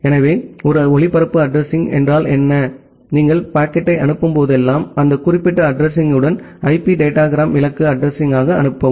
எனவே ஒரு ஒளிபரப்பு அட்ரஸிங்என்றால் நீங்கள் பாக்கெட்டை அனுப்பினால் அந்த குறிப்பிட்ட அட்ரஸிங்யுடன் ஐபி டேடாகிராம் இலக்கு அட்ரஸிங்யாக அனுப்பவும்